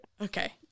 Okay